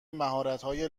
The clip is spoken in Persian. مهارتهای